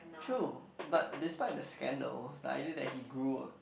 true but despite the scandal that I know that he grew